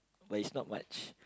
but is not much